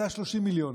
זה היה 30 מיליון.